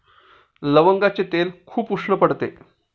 लवंगाचे तेल खूप उष्ण पडते